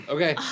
Okay